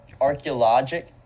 archaeologic